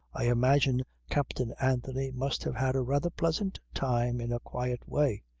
i imagine captain anthony must have had a rather pleasant time in a quiet way.